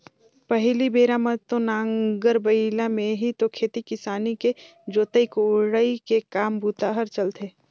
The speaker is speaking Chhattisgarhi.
पहिली बेरा म तो नांगर बइला में ही तो खेती किसानी के जोतई कोड़ई के काम बूता हर चलथे